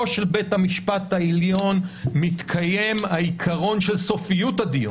תיקון לגבי